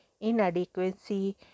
inadequacy